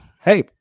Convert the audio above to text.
Hey